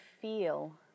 feel